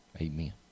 amen